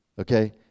okay